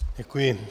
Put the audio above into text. Děkuji.